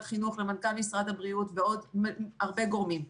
החינוך ומנכ"ל משרד הבריאות ועוד הרבה גורמים.